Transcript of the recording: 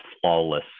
flawless